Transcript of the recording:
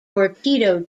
torpedo